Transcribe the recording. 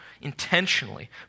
Intentionally